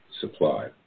supply